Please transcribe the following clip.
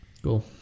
Cool